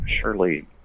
surely